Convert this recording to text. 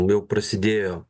jau prasidėjo